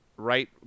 Right